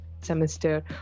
semester